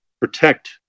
protect